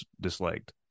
disliked